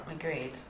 Agreed